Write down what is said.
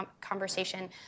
conversation